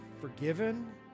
forgiven